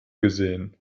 gesehen